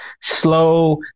slow